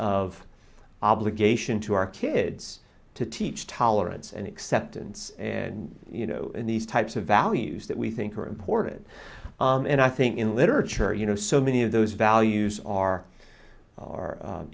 of obligation to our kids to teach tolerance and acceptance and you know these types of values that we think are important and i think in literature you know so many of those values are